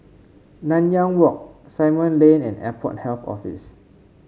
Nanyang Walk Simon Lane and Airport Health Office